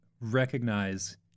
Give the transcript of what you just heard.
recognize